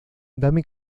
dame